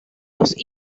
los